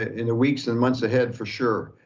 in the weeks and months ahead for sure.